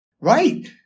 Right